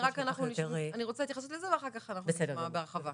אני רק רוצה התייחסות לזה ואחר כך אנחנו נשמע בהרחבה.